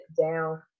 down